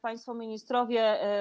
Państwo Ministrowie!